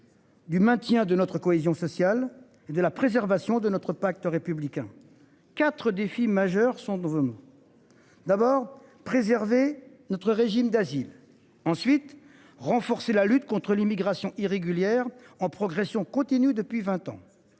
Du maintien de notre cohésion sociale et de la préservation de notre pacte républicain. 4 défis majeurs sont nouveau. D'abord préserver notre régime d'asile ensuite renforcer la lutte contre l'immigration irrégulière en progression continue depuis 20 ans.